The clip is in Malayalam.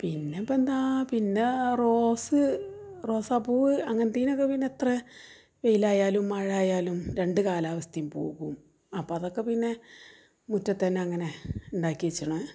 പിന്നെ ഇപ്പോൾ എന്താ പിന്നെ റോസ് റോസാപ്പൂവ് അങ്ങനത്തതിനൊക്കെ പിന്നെത്ര വെയിലായാലും മഴായാലും രണ്ട് കാലാവസ്ഥയും പോകും അപ്പം അതൊക്കെ പിന്നെ മുറ്റത്തു തന്നെ അങ്ങനെ ഉണ്ടാക്കിച്ചണ